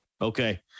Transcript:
okay